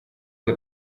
che